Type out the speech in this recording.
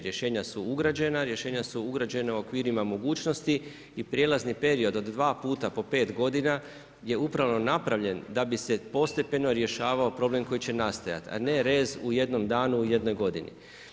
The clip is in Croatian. Rješenja su ugrađena, rješenja su ugrađena u okvirima mogućnosti i prijelazni period od dva puta po pet godina je upravo napravljen da bi se postepeno rješavao problem koji će nastajati, a ne raz u jednom danu u jednoj godini.